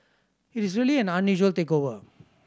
it is really an unusual takeover